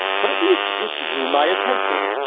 but at least it drew my attention.